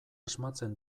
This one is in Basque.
asmatzen